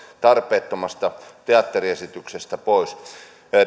tarpeettomasta teatteriesityksestä pois